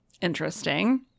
Interesting